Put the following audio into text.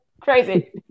crazy